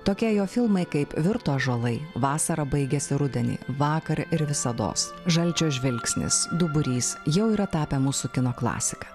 tokie jo filmai kaip virto ąžuolai vasara baigiasi rudenį vakar ir visados žalčio žvilgsnis duburys jau yra tapę mūsų kino klasika